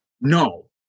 no